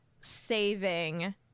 saving